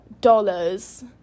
dollars